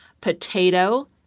potato